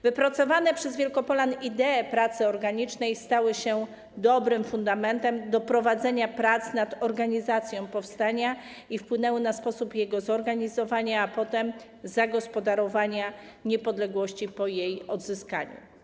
Wypracowane przez Wielkopolan idee pracy organicznej stały się dobrym fundamentem do prowadzenia prac nad organizacją powstania, wpłynęły na sposób jego zorganizowania, a potem zagospodarowania niepodległości po jej odzyskaniu.